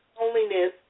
loneliness